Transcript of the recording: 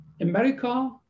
America